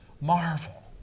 Marvel